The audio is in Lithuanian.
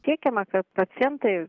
siekiama kad pacientai